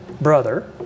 brother